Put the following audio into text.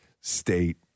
state